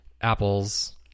Apple's